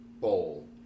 bowl